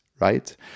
right